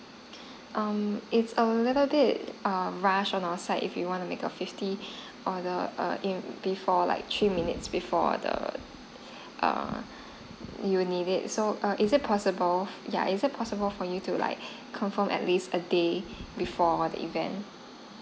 um it's a little bit err rush on our side if you wanna make a fifty order err in before like three minutes before the err you need it so err is it possible yeah is it possible for you to like confirm at least a day before the event